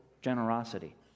generosity